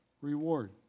reward